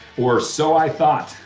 or so i thought.